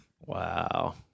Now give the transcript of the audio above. Wow